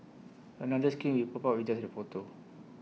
another screen will pop up with just the photo